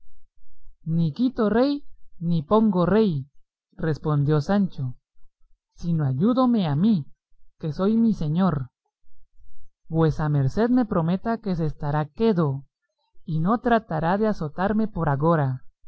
quito rey ni pongo rey respondió sancho sino ayúdome a mí que soy mi señor vuesa merced me prometa que se estará quedo y no tratará de azotarme por agora